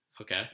Okay